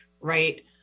right